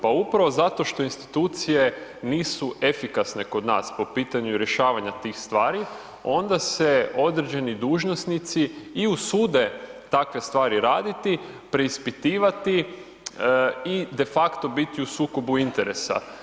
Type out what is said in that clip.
Pa upravo zato što institucije nisu efikasne kod nas po pitanju rješavanja tih stvari onda se određeni dužnosnici i usude takve stvari raditi, preispitivati i de facto biti u sukobu interesa.